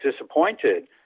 disappointed